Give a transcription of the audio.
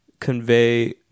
convey